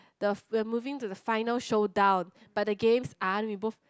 the when moving to the final showdown but the games are you both